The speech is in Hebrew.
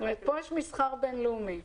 פה יש מסחר בין-לאומי.